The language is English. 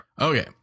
Okay